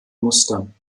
mustern